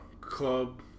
club